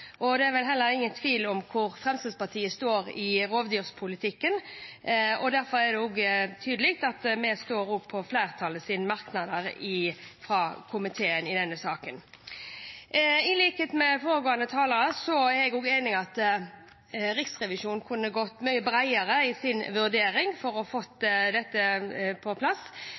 i rovdyrpolitikken. Derfor er det tydelig at vi stiller oss bak komitéflertallets merknader i denne saken. I likhet med foregående talere er jeg enig i at Riksrevisjonen kunne vært mye bredere i sin vurdering for å få dette på plass.